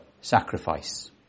sacrifice